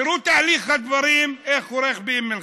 תראו את תהליך הדברים, איך הולך באום אל-חיראן.